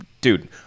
dude